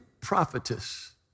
prophetess